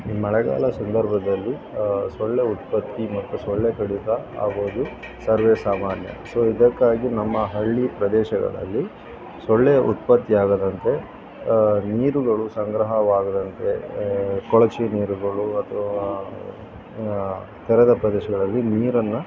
ಮಳೆಗಾಲ ಸಂದರ್ಭದಲ್ಲಿ ಸೊಳ್ಳೆ ಉತ್ಪತ್ತಿ ಮತ್ತು ಸೊಳ್ಳೆ ಕಡಿತ ಆಗೋದು ಸರ್ವೇಸಾಮಾನ್ಯ ಸೊ ಇದಕ್ಕಾಗಿ ನಮ್ಮ ಹಳ್ಳಿ ಪ್ರದೇಶಗಳಲ್ಲಿ ಸೊಳ್ಳೆಯ ಉತ್ಪತ್ತಿ ಆಗದಂತೆ ನೀರುಗಳು ಸಂಗ್ರಹವಾಗದಂತೆ ಕೊಳಚೆ ನೀರುಗಳು ಅಥವಾ ತೆರೆದ ಪ್ರದೇಶಗಳಲ್ಲಿ ನೀರನ್ನು